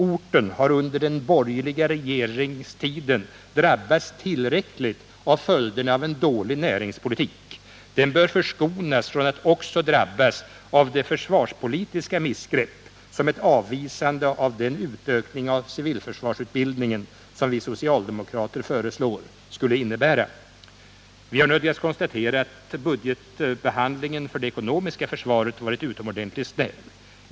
Orten har under den borgerliga regeringstiden drabbats tillräckligt av följderna av en dålig näringspolitik. Den bör förskonas från att också drabbas av det försvarspolitiska missgrepp, som ett avvisande av den utökning av civilförsvarsutbildningen som vi socialdemokrater föreslår skulle innebära. Vi har också nödgats konstatera att budgetbehandlingen för det ekonomiska försvaret varit utomordentligt snäv.